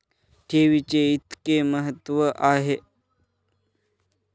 ठेवीचे इतके महत्व का आहे?